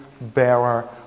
bearer